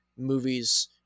movies